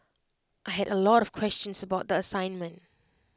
I had A lot of questions about the assignment